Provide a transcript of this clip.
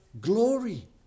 glory